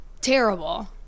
terrible